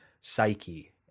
psyche